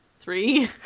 three